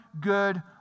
good